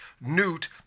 Newt